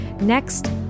next